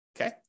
Okay